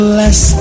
less